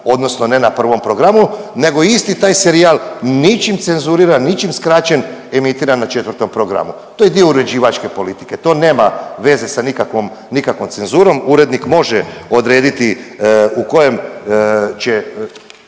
odnosno ne na prvom programu nego isti taj serijal ničim cenzuriran, ničim skraćen emitira na četvrtom programu. To je dio uređivačke politike, to nema veze sa nikakvom, sa nikakvom cenzurom. Urednik može odrediti u kojem će